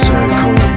Circle